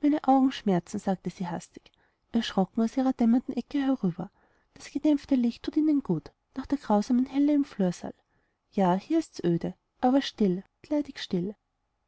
meine augen schmerzen sagte sie hastig erschrocken aus ihrer dämmernden ecke herüber das gedämpfte licht thut ihnen gut nach der grausamen helle im flursaal ja hier ist's öde aber still mitleidig still